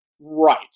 Right